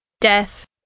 Death